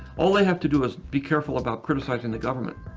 all they have to do is be careful about criticizing the government.